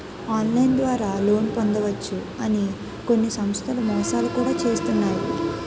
online ద్వారా loan పొందవచ్చు అని కొన్ని సంస్థలు మోసాలు కూడా చేస్తున్నాయి